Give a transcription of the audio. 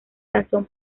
canción